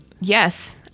yes